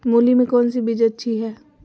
मूली में कौन सी बीज अच्छी है?